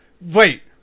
Wait